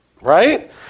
Right